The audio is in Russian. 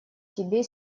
тебе